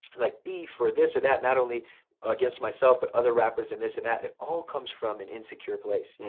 like beef, or this and that, not only against myself, but other rappers, and this and that, it all comes from an insecure place. yeah